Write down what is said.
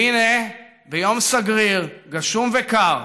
והינה, ביום סגריר, גשום וקר,